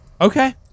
Okay